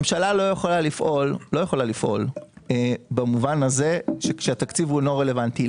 הממשלה לא יכולה לפעול במובן הזה כשהתקציב אינו רלוונטי.